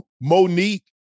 Monique